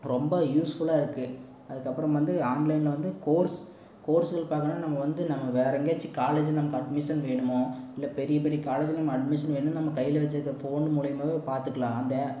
ரொம்ப யூஸ்ஃபுல்லாருக்குது அதுக்கு அப்புறம் வந்து ஆன்லைனில் வந்து கோர்ஸ் கோர்ஸ் பார்க்கணும்னாக்க நம்ம வந்து நம்ம வேறே எங்கயாச்சு காலேஜில் நமக்கு அட்மிஷன் வேணுமோ இல்லை பெரிய பெரிய காலேஜில் நம்ம அட்மிஷன் வேணும்னா நம்ம கையில் வச்சுருக்க ஃபோன் மூலிமாவே பார்த்துக்கலாம் அந்த